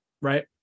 Right